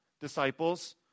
Disciples